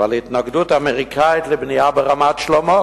ולהתנגדות אמריקנית לבנייה ברמת-שלמה,